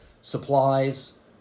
supplies